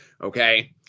Okay